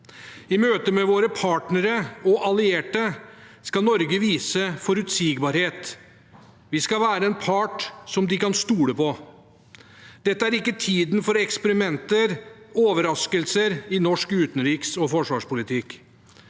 I møte med våre partnere og allierte skal Norge vise forutsigbarhet. Vi skal være en part de kan stole på. Dette er ikke tiden for eksperimenter og overraskelser i norsk utenriks- og forsvarspolitikk.